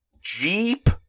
Jeep